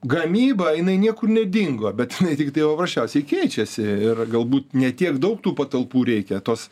gamyba jinai niekur nedingo bet jinai tiktai prasčiausiai keičiasi ir galbūt ne tiek daug tų patalpų reikia tos